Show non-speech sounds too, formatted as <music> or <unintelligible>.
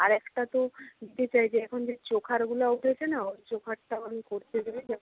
আরেকটা তো <unintelligible> চাই এখন যে চোকারগুলো উঠেছে না ওই চোকারটাও আমি করতে <unintelligible>